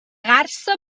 garsa